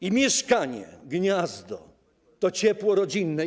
I mieszkanie, gniazdo, to ciepło rodzinne.